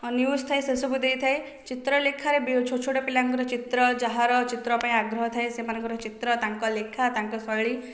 news ଥାଏ ସେସବୁ ଦେଇଥାଏ ଚିତ୍ରଲେଖାରେ ଛୋଟ ଛୋଟ ପିଲାଙ୍କର ଚିତ୍ର ଯାହାର ଚିତ୍ର ପାଇଁ ଆଗ୍ରହ ଥାଏ ସେମାନଙ୍କର ଚିତ୍ର ତାଙ୍କ ଲେଖା ତାଙ୍କ ଶୈଳୀ